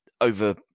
over